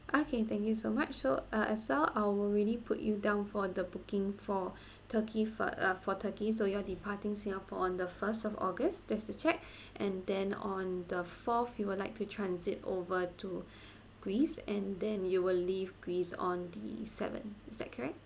okay thank you so much so uh as well I will really put you down for the booking for turkey fir~ uh for turkey so you are departing singapore on the first of august just to check and then on the fourth you would like to transit over to greece and then you will leave greece on the seven is that correct